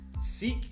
seek